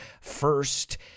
first